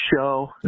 show